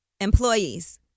employees